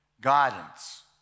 guidance